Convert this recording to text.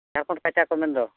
ᱡᱷᱟᱲᱠᱷᱚᱸᱰ ᱠᱟᱪᱟ ᱠᱚ ᱢᱮᱱ ᱫᱚ